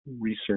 research